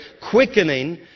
quickening